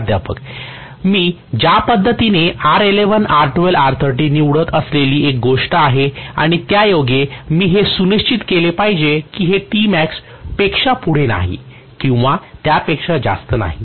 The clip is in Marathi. प्राध्यापक मी ज्या पद्धतीने R11 R12 R13 निवडत असलेली एक गोष्ट आहे आणि त्यायोगे मी हे सुनिश्चित केले पाहिजे की हे Tmax पेक्षा पुढे नाही किंवा त्यापेक्षा जास्त नाही